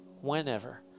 whenever